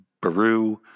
Baru